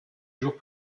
jours